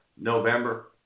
November